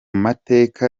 mateka